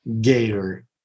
gator